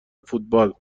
فوتبال